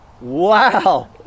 Wow